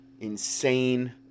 insane